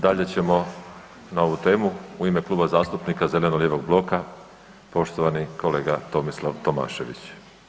Dalje ćemo na ovu temu u ime Kluba zastupnika zeleno-lijevog bloka poštovani kolega Tomislav Tomašević.